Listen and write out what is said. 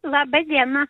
laba diena